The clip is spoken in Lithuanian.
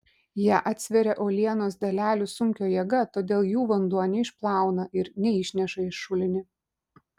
ją atsveria uolienos dalelių sunkio jėga todėl jų vanduo neišplauna ir neišneša į šulinį